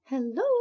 Hello